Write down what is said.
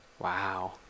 Wow